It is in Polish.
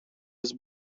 jest